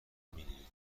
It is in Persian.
میگیرید